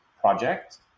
project